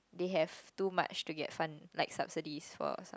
they have too much to get fund like subsidies for some